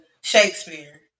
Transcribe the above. Shakespeare